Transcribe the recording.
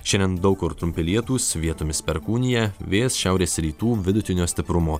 šiandien daug kur trumpi lietūs vietomis perkūnija vėjas šiaurės rytų vidutinio stiprumo